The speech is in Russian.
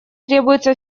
требуется